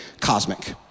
cosmic